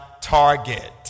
target